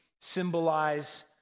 symbolize